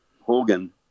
Hogan